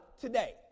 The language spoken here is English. today